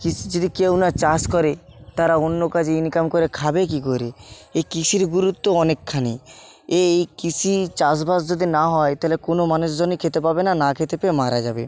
কৃষি যদি কেউ না চাষ করে তারা অন্য কাজে ইনকাম করে খাবে কী করে এই কৃষির গুরুত্ব অনেকখানি এই কৃষি চাষবাস যদি না হয় তালে কোনো মানুষজনই খেতে পাবে না না খেতে পেয়ে মারা যাবে